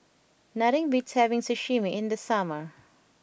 nothing beats having Sashimi in the summer